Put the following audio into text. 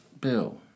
bill